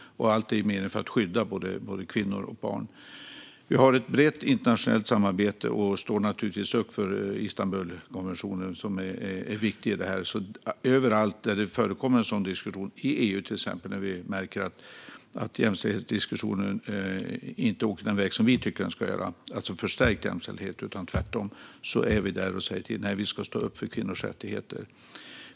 Allt detta görs för att skydda både kvinnor och barn. Vi har ett brett internationellt samarbete och står naturligtvis upp för Istanbulkonventionen som är viktig för detta. Överallt där en jämställdhetsdiskussion förs, till exempel i EU, och inte går i den riktning som vi tycker att den ska göra - en förstärkt jämställdhet och inte tvärtom - är vi där och säger: Vi ska stå upp för kvinnors rättigheter.